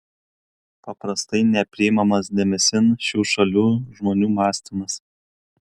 paprastai nepriimamas dėmesin šių šalių žmonių mąstymas